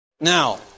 Now